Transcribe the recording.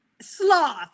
Sloth